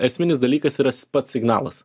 esminis dalykas yra s pats signalas